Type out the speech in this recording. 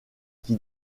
qui